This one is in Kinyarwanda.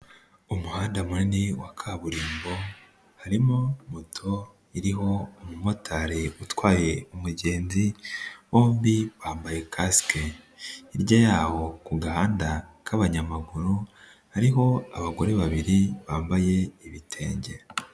Umuhanda munini wa kaburimbo, harimo moto iriho umumotari utwaye umugenzi, bombi bambaye kasike. Hirya yaho ku gahanda k'abanyamaguru, hariho abagore babiri bambaye ibitenge.